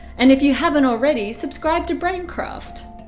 and if you haven't already, subscribe to braincraft!